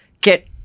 get